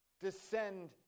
descend